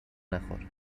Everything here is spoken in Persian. نخور